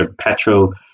petrol